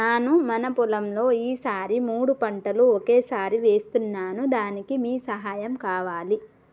నాను మన పొలంలో ఈ సారి మూడు పంటలు ఒకేసారి వేస్తున్నాను దానికి మీ సహాయం కావాలి